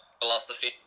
philosophy